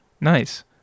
Nice